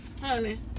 Honey